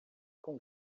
com